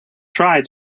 try